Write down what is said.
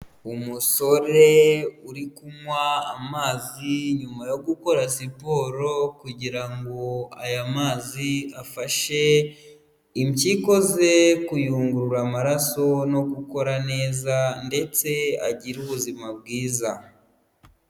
Umusore uri kunywa amazi nyuma yo gukora siporo, kugira ngo aya mazi afashe impyiko ze kuyungurura amaraso no gukora neza ndetse agire ubuzima bwiza.